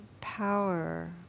power